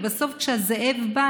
ובסוף כשהזאב בא,